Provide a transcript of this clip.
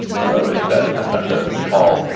although it is that i'm not sure that's been called.